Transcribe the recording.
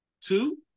Two